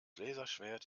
laserschwert